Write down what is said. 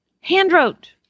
Hand-wrote